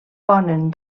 ponen